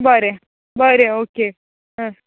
बरें बरें ऑके हां